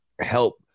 help